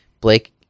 Blake